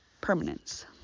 permanence